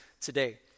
today